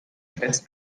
fest